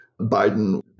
Biden